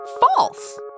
false